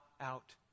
out